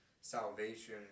salvation